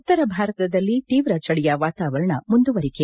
ಉತ್ತರ ಭಾರತದಲ್ಲಿ ತೀವ್ರ ಚಳಿಯ ವಾತಾವರಣ ಮುಂದುವರಿಕೆ